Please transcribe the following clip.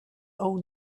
own